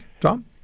Tom